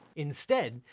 instead,